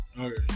Okay